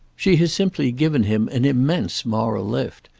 she has simply given him an immense moral lift,